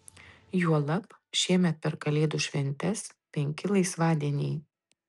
juolab šiemet per kalėdų šventes penki laisvadieniai